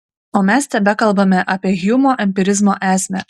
o mes tebekalbame apie hjumo empirizmo esmę